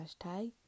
hashtag